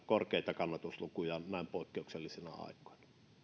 korkeita kannatuslukuja näin poikkeuksellisina aikoina